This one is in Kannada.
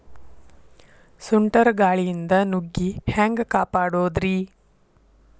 ಸುಂಟರ್ ಗಾಳಿಯಿಂದ ನುಗ್ಗಿ ಹ್ಯಾಂಗ ಕಾಪಡೊದ್ರೇ?